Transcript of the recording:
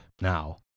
Now